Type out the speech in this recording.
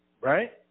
right